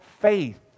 faith